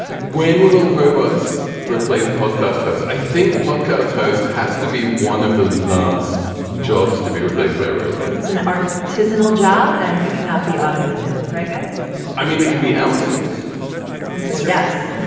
when will robots replace podcast hosts. i think podcast host has to be one of the last jobs to be replaced by a robot it's an art to an old job and it cannot be automated right guys i mean it can be outsourced. this is yes.